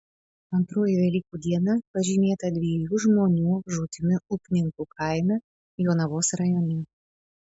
antroji velykų diena pažymėta dviejų žmonių žūtimi upninkų kaime jonavos rajone